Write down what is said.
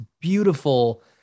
beautiful